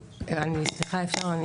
סליחה, אפשר?